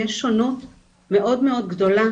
יש שונות מאוד מאוד גדולה